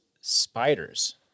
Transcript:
spiders